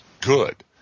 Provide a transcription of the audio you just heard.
good